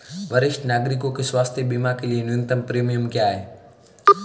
वरिष्ठ नागरिकों के स्वास्थ्य बीमा के लिए न्यूनतम प्रीमियम क्या है?